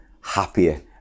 happier